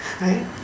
right